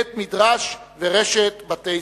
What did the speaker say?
בית-מדרש ורשת בתי-ספר.